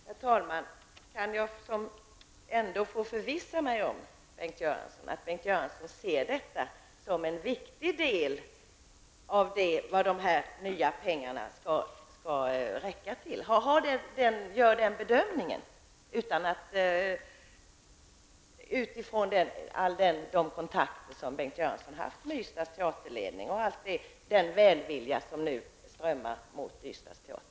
Herr talman! Kan jag ändå få förvissa mig om att Bengt Göransson ser en upprustning av Ystads teater som en viktig del av det som dessa nya medel skall räcka till? Gör Bengt Göransson den bedömningen efter de kontakter han haft med teaterledningen vid Ystads teater och efter all den välvilja som nu strömmat mot Ystads teater?